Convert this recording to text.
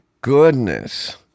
goodness